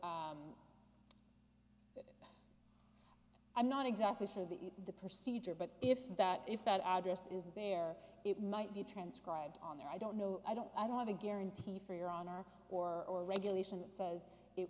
i'm not exactly sure of the procedure but if that if that address is there it might be transcribed on there i don't know i don't i don't have a guarantee for your on are or regulation that says it